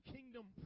Kingdom